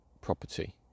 property